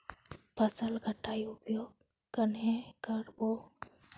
फसल कटाई प्रयोग कन्हे कर बो?